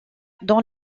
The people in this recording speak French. dans